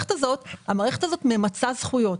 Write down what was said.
המערכת הזאת, המערכת הזאת ממצה זכויות.